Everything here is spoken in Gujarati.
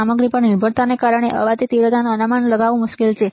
સામગ્રી પર નિર્ભરતાને કારણે અવાજની તીવ્રતાનું અનુમાન લગાવવું મુશ્કેલ છે